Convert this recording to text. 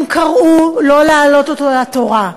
הם קראו שלא להעלות אותו לתורה,